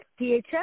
DHS